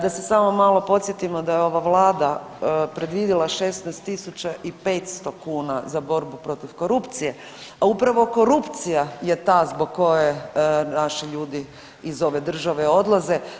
Da se samo malo podsjetimo da je ova vlada predvidjela 16 tisuća i 500 kuna za borbu protiv korupcije, a upravo korupcija je ta zbog koje naši ljudi iz ove države odlaze.